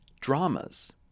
dramas